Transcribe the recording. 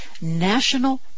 National